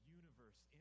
universe